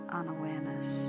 unawareness